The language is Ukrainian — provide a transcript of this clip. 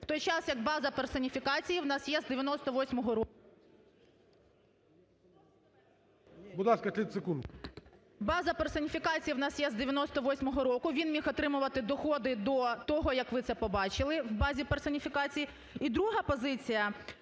Т.Г. База персоніфікації в нас є з 1998 року, він міг отримувати доходи до того, як ви це побачили в базі персоніфікації. І друга позиція,